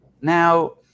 now